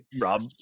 Rob